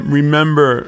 remember